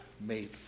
made